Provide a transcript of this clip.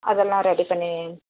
அதெல்லாம் ரெடி பண்ணி